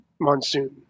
Monsoon